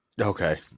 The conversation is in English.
okay